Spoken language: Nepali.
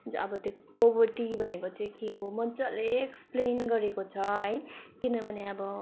अब त्यो पोभर्टी भनेको चाहिँ के हो मज्जाले एक्सप्लेन गरेको छ है किनभने अब